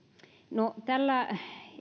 no tällä